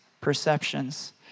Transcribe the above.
perceptions